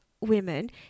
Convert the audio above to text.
women